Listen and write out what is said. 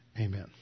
Amen